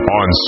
on